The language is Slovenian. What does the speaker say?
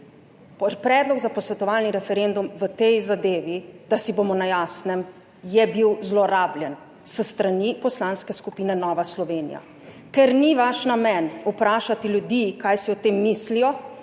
predlog za posvetovalni referendum v tej zadevi, da si bomo na jasnem, je bil zlorabljen s strani Poslanske skupine Nova Slovenija, ker ni vaš namen vprašati ljudi, kaj si o tem mislijo,